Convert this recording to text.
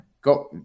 got